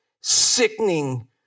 sickening